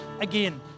again